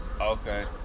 Okay